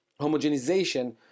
homogenization